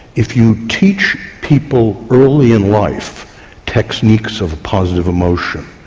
if you teach people early in life techniques of positive emotion,